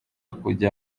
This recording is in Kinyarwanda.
kujya